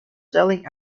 selling